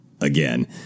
again